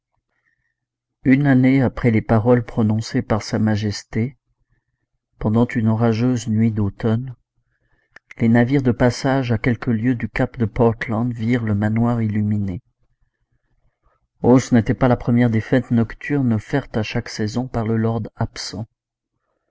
une année après les paroles prononcées par sa majesté pendant une orageuse nuit d'automne les navires de passage à quelques lieues du cap de portland virent le manoir illuminé oh ce n'était pas la première des fêtes nocturnes offertes à chaque saison par le lord absent